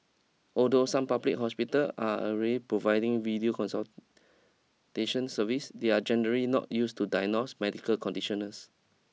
although some public hospital are already providing video consultation service they are generally not used to diagnose medical conditions